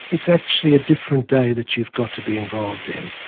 it's actually a different day that you've got to be involved in.